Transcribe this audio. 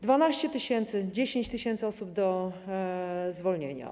12 tys., 10 tys. osób do zwolnienia.